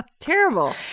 Terrible